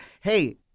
hey